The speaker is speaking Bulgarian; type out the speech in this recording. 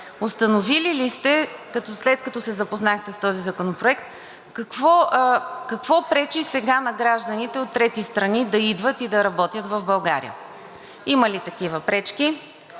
установили ли сте, след като се запознахте с този законопроект, какво пречи сега на гражданите от трети страни да идват и да работят в България? Има ли такива пречки?